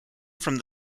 from